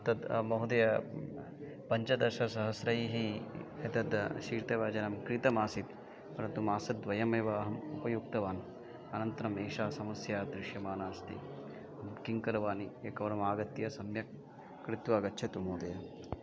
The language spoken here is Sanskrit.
तद् महोदय पञ्चदशसहस्रैः एतद् शीतव्यजनं क्रीतमासीत् परन्तु मासद्वयमेव अहम् उपयुक्तवान् अनन्तरम् एषा समस्या दृश्यमानास्ति अहं किं करवाणि एकवारम् आगत्य सम्यक् कृत्वा गच्छतु महोदय